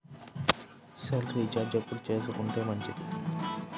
Cell recharge ఎప్పుడు చేసుకొంటే మంచిది?